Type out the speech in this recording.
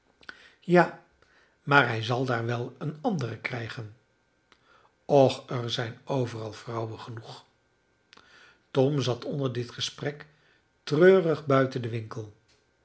ja maar hij zal daar wel eene andere krijgen och er zijn overal vrouwen genoeg tom zat onder dit gesprek treurig buiten den winkel